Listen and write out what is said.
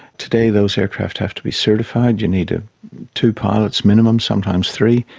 today those aircraft have to be certified, you need and two pilots minimum, sometimes three,